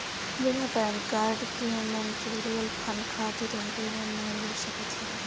बिना PAN card के mutual fund खातिर आवेदन नाइ हो सकत हवे